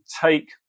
take